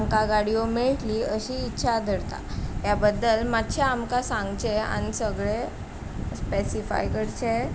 आमकां गाडयो मेयटली अशी इत्शा धरता ह्या बद्दल मातशें आमकां सांगचें आनी सगळें स्पेसिफाय करचें